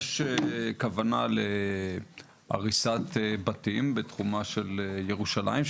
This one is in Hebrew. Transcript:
יש כוונה להריסת בתים בתחומה של ירושלים,